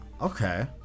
Okay